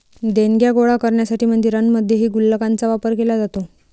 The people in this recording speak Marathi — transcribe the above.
देणग्या गोळा करण्यासाठी मंदिरांमध्येही गुल्लकांचा वापर केला जातो